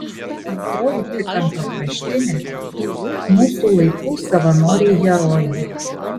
antroji trikampio kraštinė mūsų laikų savanoriai herojai